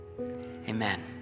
amen